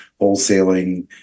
wholesaling